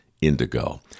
indigo